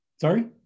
Sorry